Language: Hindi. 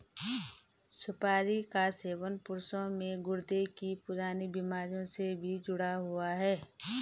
सुपारी का सेवन पुरुषों में गुर्दे की पुरानी बीमारी से भी जुड़ा हुआ है